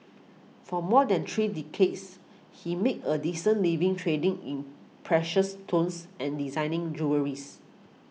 for more than three decades he made a decent living trading in precious stones and designing jewelleries